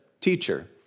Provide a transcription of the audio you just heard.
Teacher